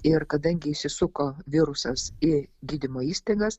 ir kadangi įsisuko virusas į gydymo įstaigas